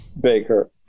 Baker